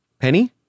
Penny